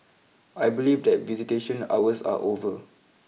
I believe that visitation hours are over